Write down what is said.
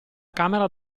camera